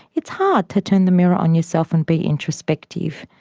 it's hard to turn the mirror on yourself and be introspective.